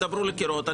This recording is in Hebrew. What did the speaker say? תדברו לקירות,